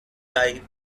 life